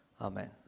Amen